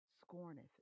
scorneth